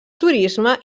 turisme